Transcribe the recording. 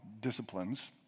disciplines